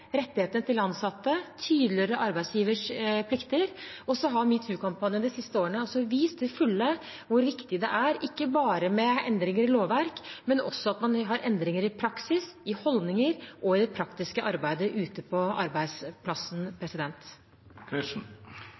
til ansatte, tydeliggjøre arbeidsgivers plikter. Metoo-kampanjen har de siste årene vist til fulle hvor viktig det er ikke bare med endringer i lovverk, men at man også har endringer i praksis, i holdninger og i det praktiske arbeidet ute på arbeidsplassen.